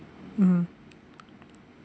mmhmm